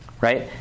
right